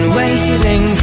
waiting